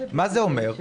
מה זה אומר?